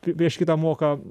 prieš kitą moka